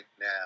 now